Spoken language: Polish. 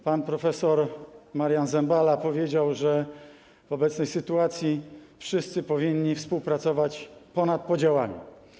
Pan prof. Marian Zembala powiedział, że w obecnej sytuacji wszyscy powinni współpracować ponad podziałami.